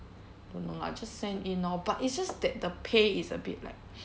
don't know lah just send in lor but it's just that the pay is a bit like